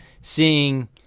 seeing